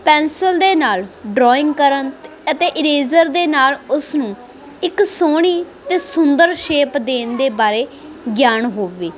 pencil ਦੇ ਨਾਲ drawing ਕਰਨ ਅਤੇ ਈਰੇਜ਼ਰ ਦੇ ਨਾਲ ਉਸ ਨੂੰ ਇੱਕ ਸੋਹਣੀ ਅਤੇ ਸੁੰਦਰ ਸ਼ੇਪ ਦੇਣ ਦੇ ਬਾਰੇ ਗਿਆਨ ਹੋਵੇ